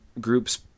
groups